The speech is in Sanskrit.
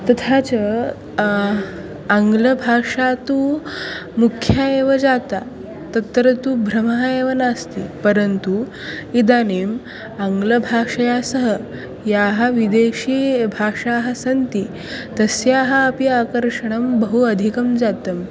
तथा च आङ्ग्लभाषा तु मुख्या एव जाता तत्र तु भ्रमः एव नास्ति परन्तु इदानीम् आङ्ग्लभाषया सह याः विदेशीभाषाः सन्ति तस्याः अपि आकर्षणं बहु अधिकं जातम्